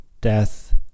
death